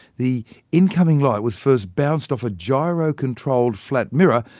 the incoming light was first bounced off a gyro-controlled flat mirror,